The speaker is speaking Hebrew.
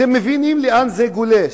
אתם מבינים לאן זה גולש?